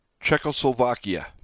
Czechoslovakia